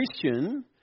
Christian